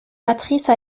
matrice